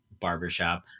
barbershop